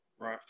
Right